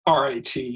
RIT